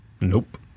Nope